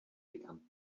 become